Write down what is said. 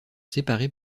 séparées